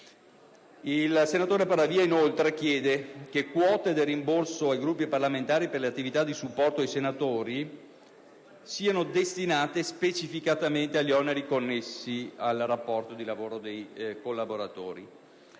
del senatore Paravia, inoltre, chiede che quote del rimborso ai Gruppi parlamentari per le attività di supporto ai senatori siano destinate specificamente agli oneri connessi al rapporto di lavoro dei collaboratori.